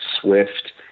Swift